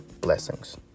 Blessings